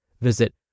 Visit